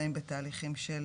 שנמצאים בתהליכים של